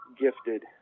gifted